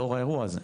לאור האירוע הזה.